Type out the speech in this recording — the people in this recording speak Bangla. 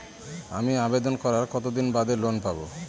আমি আবেদন করার কতদিন বাদে লোন পাব?